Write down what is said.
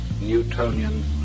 Newtonian